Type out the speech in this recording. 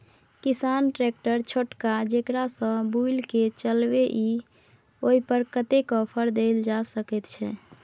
किसान ट्रैक्टर छोटका जेकरा सौ बुईल के चलबे इ ओय पर कतेक ऑफर दैल जा सकेत छै?